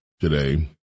today